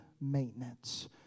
maintenance